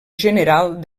general